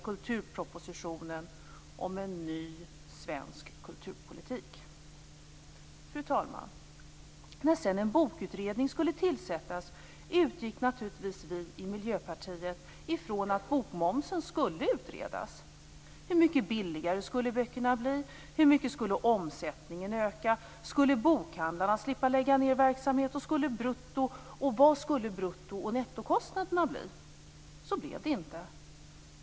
Fru talman! När sedan en bokutredning skulle tillsättas utgick vi i Miljöpartiet naturligtvis från att frågan om bokmomsen skulle utredas. Hur mycket billigare skulle böckerna bli? Hur mycket skulle omsättningen öka? Skulle bokhandlarna slippa lägga ned verksamhet? Vad skulle brutto och nettokostnaderna bli? Så blev det inte.